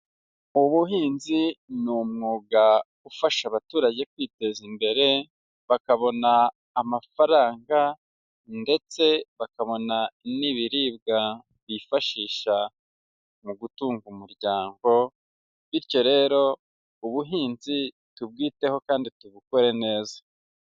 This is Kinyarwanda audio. Ubuhinzi ni umwuga ufasha abaturage kwiteza imbere, bakabona amafaranga ndetse bakabona n'ibiribwa, bifashisha mu gutunga umuryango, bityo rero ubuhinzi tubwiteho kandi tubukore neza.